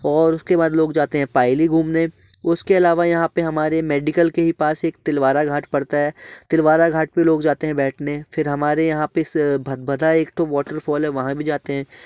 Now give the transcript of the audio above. और उसके बाद लोग जाते हैं पायली घूमने उसके अलावा यहाँ पे हमारे मेडिकल के पास एक तिलवारा घाट पड़ता है तिलवारा घाट पे लोग जाते हैं बैठने फिर हमारे यहाँ पे इस एक तो वॉटरफॉल है वहाँ भी जाते हैं